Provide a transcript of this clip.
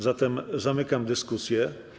Zatem zamykam dyskusję.